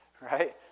Right